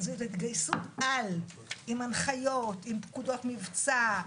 זו התגייסות על עם הנחיות, עם פקודות מבצע.